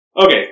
Okay